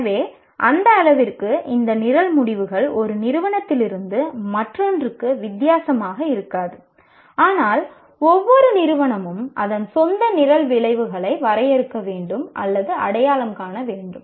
எனவே அந்த அளவிற்கு இந்த நிரல் முடிவுகள் ஒரு நிறுவனத்திலிருந்து மற்றொன்றுக்கு வித்தியாசமாக இருக்காது ஆனால் ஒவ்வொரு நிறுவனமும் அதன் சொந்த நிரல் விளைவுகளை வரையறுக்க வேண்டும் அல்லது அடையாளம் காண வேண்டும்